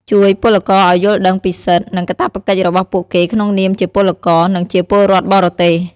ជួយពលករឱ្យយល់ដឹងពីសិទ្ធិ និងកាតព្វកិច្ចរបស់ពួកគេក្នុងនាមជាពលករ និងជាពលរដ្ឋបរទេស។